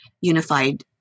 Unified